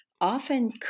often